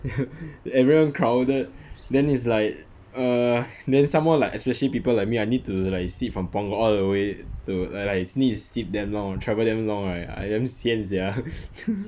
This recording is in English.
everyone crowded then is like err then some more like especially people like me I need to like sit from punggol all the way to like like need sit damn long travel damn long right I damn sian sia